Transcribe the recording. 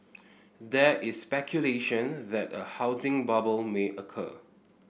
there is speculation that a housing bubble may occur